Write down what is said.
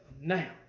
Now